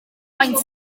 faint